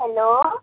hello